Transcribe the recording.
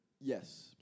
Yes